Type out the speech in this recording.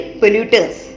polluters